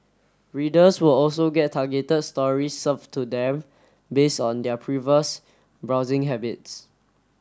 readers will also get targeted stories served to them based on their previous browsing habits